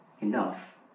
enough